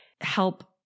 help